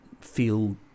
feel